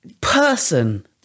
person